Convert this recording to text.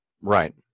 Right